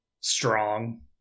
Strong